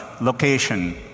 location